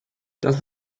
das